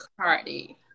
Cardi